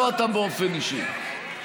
לא אתה באופן אישי.